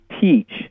teach